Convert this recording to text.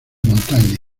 montaña